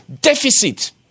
deficit